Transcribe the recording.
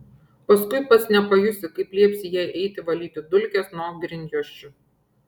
paskui pats nepajusi kaip liepsi jai eiti valyti dulkes nuo grindjuosčių